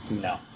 No